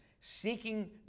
seeking